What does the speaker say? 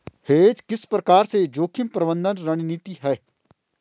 Hedge किस प्रकार से जोखिम प्रबंधन रणनीति है?